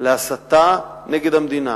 להסתה נגד המדינה,